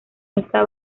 esta